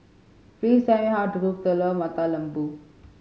please tell me how to cook Telur Mata Lembu